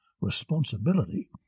responsibility